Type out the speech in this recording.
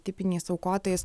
tipiniais aukotojais